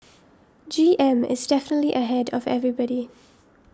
G M is definitely ahead of everybody